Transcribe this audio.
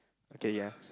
okay ya